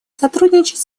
сотрудничать